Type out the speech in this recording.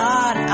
God